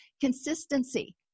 consistency